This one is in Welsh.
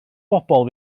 bobl